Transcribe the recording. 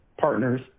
partners